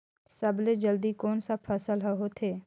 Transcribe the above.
सबले जल्दी कोन सा फसल ह होथे?